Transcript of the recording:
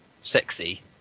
sexy